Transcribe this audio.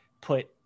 put